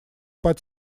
под